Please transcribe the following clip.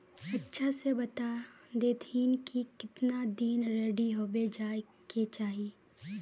अच्छा से बता देतहिन की कीतना दिन रेडी होबे जाय के चही?